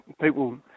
people